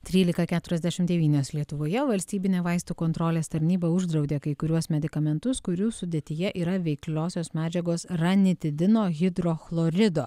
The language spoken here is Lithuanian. trylika keturiasdešim devynios lietuvoje valstybinė vaistų kontrolės tarnyba uždraudė kai kuriuos medikamentus kurių sudėtyje yra veikliosios medžiagos ranitidino hidrochlorido